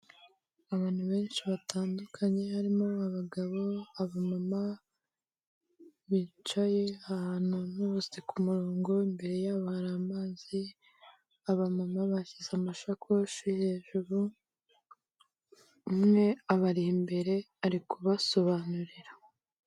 Abantu benshi batandukanye harimo abagabo, abamama bicaye ahantu n'ubuseke ku murongo, imbere yabo hari amazi, abamama bashyize amashakoshi hejuru, umwe abari imbere ari kubasobanurira.